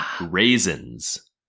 Raisins